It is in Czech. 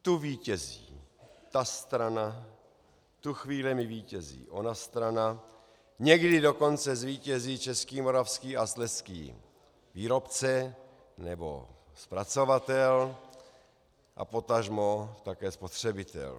Tu vítězí ta strana, v tu chvíli vítězí ona strana, někdy dokonce zvítězí čeští, moravští a slezští výrobce nebo zpracovatel a potažmo také spotřebitel.